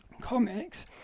comics